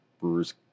Brewer's